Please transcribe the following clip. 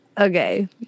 Okay